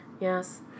Yes